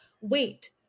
wait